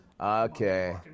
Okay